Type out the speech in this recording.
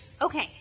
Okay